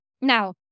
Now